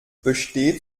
besteht